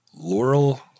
Laurel